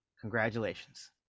Congratulations